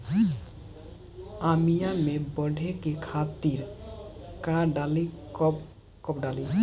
आमिया मैं बढ़े के खातिर का डाली कब कब डाली?